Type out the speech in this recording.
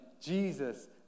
Jesus